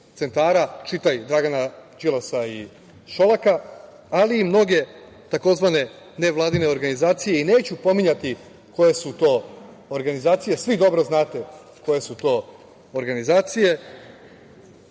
centara, čitaj, Dragana Đilasa i Šolaka, ali i mnoge tzv. nevladine organizacije i neću pominjati koje su to organizacije. Svi dobro znate koje su to organizacije